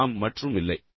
பதில் ஆம் மற்றும் இல்லை